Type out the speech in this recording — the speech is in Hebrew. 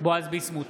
בועז ביסמוט,